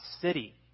city